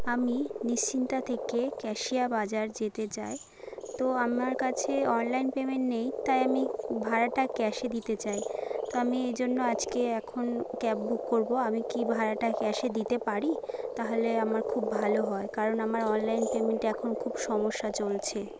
আমি নিশ্চিন্তা থেকে ক্যাশিয়া বাজার যেতে চায় তো আমার কাছে অনলাইন পেমেন্ট নেই তাই আমি ভাড়াটা ক্যাশে দিতে চাই তো আমি এ জন্য আজকে এখন ক্যাব বুক করবো আমি কি ভাড়াটা ক্যাশে দিতে পারি তাহলে আমার খুব ভালো হয় কারণ আমার অনলাইন পেমেন্ট এখন খুব সমস্যা চলছে